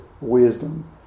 wisdom